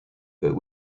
but